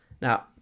Now